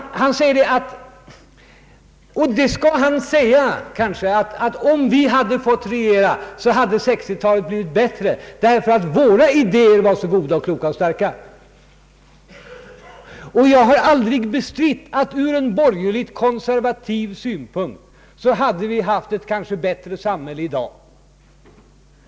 Han säger — och det skall han kanske säga — att om oppositionen hade fått regera så hade 1960-talet blivit bättre därför att dess idéer var så goda och kloka. Jag har aldrig bestritt att vi ur en borgerligt konservativ synpunkt kanske hade haft ett bättre samhälle i dag — men det hade varit ett annorlunda samhälle. Jag har aldrig bestritt att ur en borgerligt konservativ synpunkt hade man kanske då haft ett bättre samhälle i dag.